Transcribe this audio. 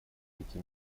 пяти